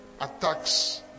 attacks